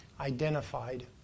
identified